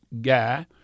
guy